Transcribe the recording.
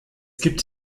gibt